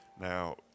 Now